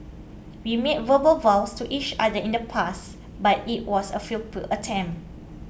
we made verbal vows to each other in the past but it was a futile attempt